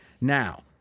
Now